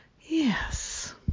Yes